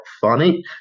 funny